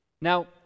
Now